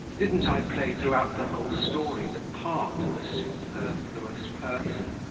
didn't i play throughout the whole story the part of a superfluous person?